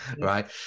right